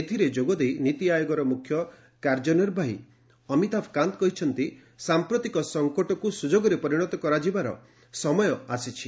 ଏଥିରେ ଯୋଗ ଦେଇ ନୀତିଆୟୋଗର ମୁଖ୍ୟ କାର୍ଯ୍ୟ ନିର୍ବାହୀ ଅମିତାଭ କାନ୍ତ କହିଛନ୍ତି ସାମ୍ପ୍ରତିକ ସଂକଟକୁ ସୁଯୋଗରେ ପରିଣତ କରାଯିବାର ସମୟ ଆସିଛି